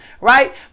right